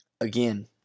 again